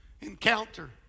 encounter